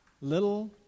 little